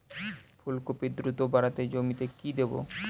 ফুলকপি দ্রুত বাড়াতে জমিতে কি দেবো?